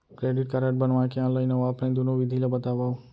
Credit card बनवाए के online अऊ ऑफलाइन दुनो विधि ला बतावव?